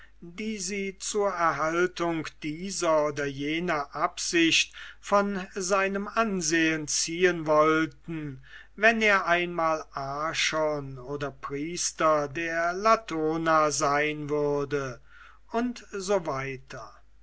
die sie zur erhaltung dieser oder jener absicht von seinem ansehen ziehen wollten wenn er einmal archon oder priester der latona sein würde u s w